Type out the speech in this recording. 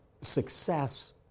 success